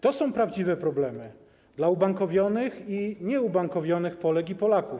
To są prawdziwe problemy dla ubankowionych i nieubankowionych Polek i Polaków.